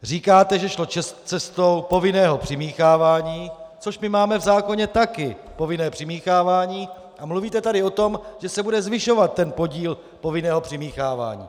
Říkáte, že šlo cestou povinného přimíchávání, což my máme v zákoně také, povinné přimíchávání, a mluvíte tady o tom, že se bude zvyšovat ten podíl povinného přimíchávání.